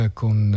con